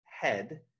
head